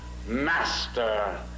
Master